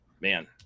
man